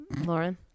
Lauren